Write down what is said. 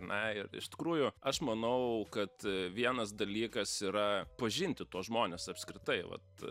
na ir iš tikrųjų aš manau kad vienas dalykas yra pažinti tuos žmones apskritai vat